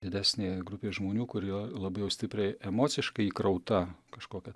didesnė grupė žmonių kuri labiau stipriai emociškai įkrauta kažkokia